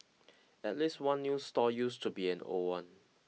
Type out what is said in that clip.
at least one new stall used to be an old one